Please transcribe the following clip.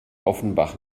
offenbach